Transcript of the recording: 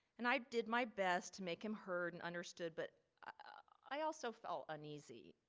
and i did my best to make him heard and understood, but i also felt uneasy.